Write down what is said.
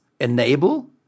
enable